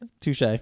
Touche